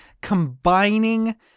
combining